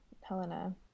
Helena